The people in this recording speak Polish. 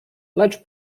lecz